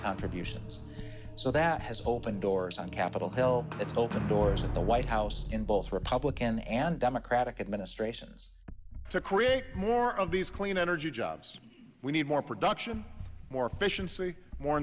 contribution so that has opened doors on capitol hill it's opened doors at the white house in both republican and democratic administrations to create more of these clean energy jobs we need more production more efficiency more